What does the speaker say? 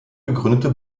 gegründete